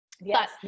yes